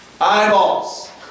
Eyeballs